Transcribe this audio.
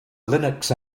linux